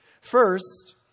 First